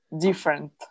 different